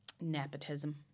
nepotism